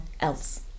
else